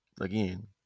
again